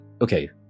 Okay